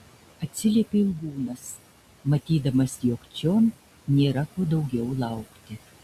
atsiliepė ilgūnas matydamas jog čion nėra ko daugiau laukti